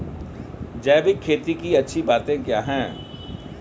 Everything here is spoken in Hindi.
जैविक खेती की अच्छी बातें क्या हैं?